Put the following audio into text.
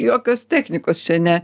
jokios technikos čia ne